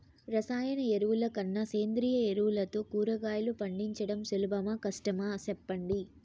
రసాయన ఎరువుల కన్నా సేంద్రియ ఎరువులతో కూరగాయలు పండించడం సులభమా కష్టమా సెప్పండి